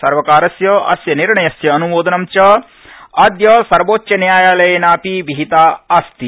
सर्वकारस्य अस्य निर्णयस्य अन्मोदनं च सर्वोच्चन्यायायलयेनापि विहिता अस्ति